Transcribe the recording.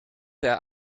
der